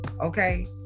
okay